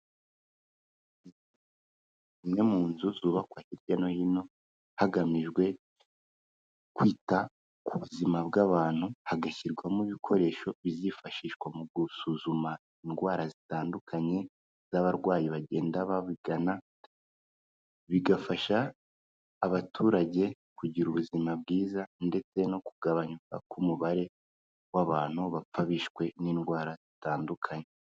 Imwe mu nzu zubakwa hirya no hino hagamijwe kwita ku buzima bw'abantu, hagashyirwamo ibikoresho bizifashishwa mu gusuzuma indwara zitandukanye, z'abarwayi bagenda babagana, bigafasha abaturage kugira ubuzima bwiza ndetse no kugabanywa k'umubare w'abantu bapfa bishwe n'indwara zitandukanye.